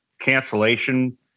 cancellation